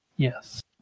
Yes